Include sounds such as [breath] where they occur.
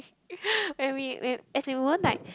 [breath] when we when as in we won't like